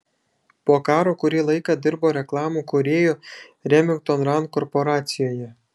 po karo kurį laiką dirbo reklamų kūrėju remington rand korporacijoje